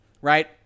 right